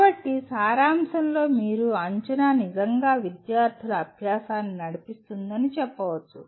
కాబట్టి సారాంశంలో మీరు అంచనా నిజంగా విద్యార్థుల అభ్యాసాన్ని నడిపిస్తుందని చెప్పవచ్చు